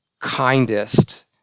kindest